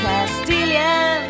Castilian